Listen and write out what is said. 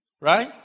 right